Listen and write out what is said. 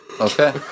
Okay